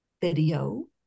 video